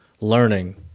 learning